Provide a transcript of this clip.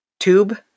Tube